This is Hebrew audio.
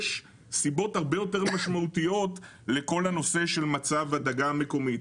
יש סיבות הרבה יותר משמעותיות למצב הדגה המקומית.